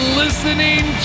listening